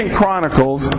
Chronicles